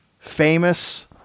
famous